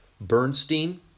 Bernstein